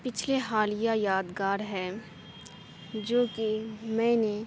پچھلے حالیہ یادگار ہے جو کہ میں نے